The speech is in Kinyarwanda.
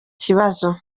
kibazo